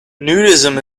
nudism